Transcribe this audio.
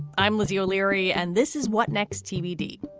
i'm lizzie o'leary. and this is what next, tbd,